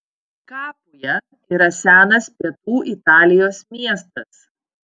kapuja yra senas pietų italijos miestas